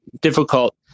difficult